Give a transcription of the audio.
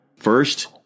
first